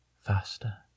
faster